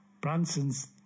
Branson's